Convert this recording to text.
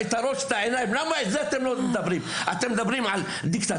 אתם מדברים על דיקטטורה?